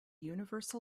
universal